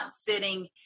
sitting